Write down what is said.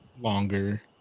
longer